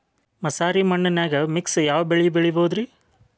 ಮಸಾರಿ ಮಣ್ಣನ್ಯಾಗ ಮಿಕ್ಸ್ ಯಾವ ಬೆಳಿ ಬೆಳಿಬೊದ್ರೇ?